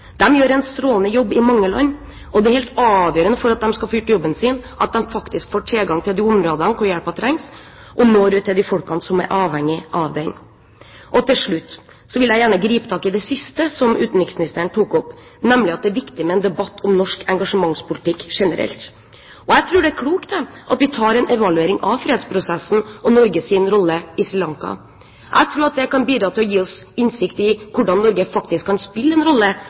gjør en strålende jobb i mange land, og det er helt avgjørende for at de skal få gjort jobben sin, at de faktisk får tilgang til de områdene hvor hjelpen trengs, og når ut til de folkene som er avhengig av den. Til slutt vil jeg gjerne gripe tak i det siste som utenriksministeren tok opp, nemlig at det er viktig med en debatt om norsk engasjementspolitikk generelt. Jeg tror det er klokt at vi tar en evaluering av fredsprosessen og Norges rolle i Sri Lanka. Jeg tror at det kan bidra til å gi oss innsikt i hvordan Norge faktisk kan spille en rolle